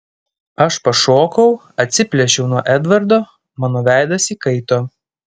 aš pašokau atsiplėšiau nuo edvardo mano veidas įkaito